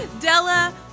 Della